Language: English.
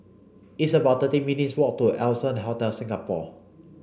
it's about thirty minutes' walk to Allson Hotel Singapore